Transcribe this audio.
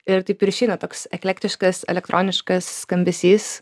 ir taip ir išeina toks eklektiškas elektroniškas skambesys